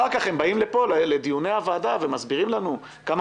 אחר כך הם באים לפה לדיוני הוועדה ומסבירים לנו כמה